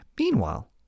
Meanwhile